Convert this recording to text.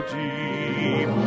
deep